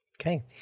Okay